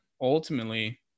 ultimately